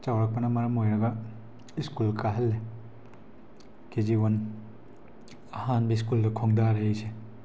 ꯆꯥꯎꯔꯛꯄꯅ ꯃꯔꯝ ꯑꯣꯏꯔꯒ ꯁ꯭ꯀꯨꯜ ꯀꯥꯍꯜꯂꯤ ꯀꯦ ꯖꯤ ꯋꯥꯟ ꯑꯍꯥꯟꯕ ꯁ꯭ꯀꯨꯜꯗ ꯈꯣꯡꯗꯥꯔꯦ ꯑꯩꯁꯦ